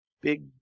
big